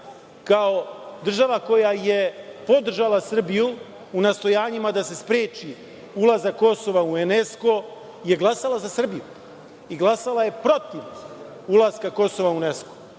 kao država koja je podržala Srbiju u nastojanjima da se spreči ulazak Kosova u UNESKO, je glasala za Srbiju i glasala je protiv ulaska Kosova u UNESKO.